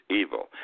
evil